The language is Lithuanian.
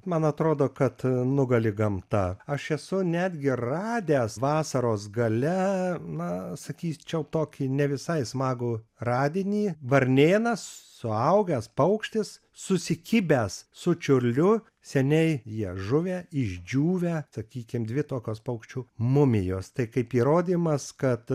man atrodo kad nugali gamta aš esu netgi radęs vasaros gale na sakyčiau tokį ne visai smagų radinį varnėnas suaugęs paukštis susikibęs su čiurliu seniai jie žuvę išdžiūvę sakykim dvi tokios paukščių mumijos tai kaip įrodymas kad